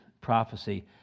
prophecy